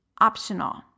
optional